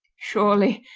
surely,